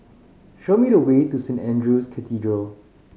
show me the way to Saint Andrew's Cathedral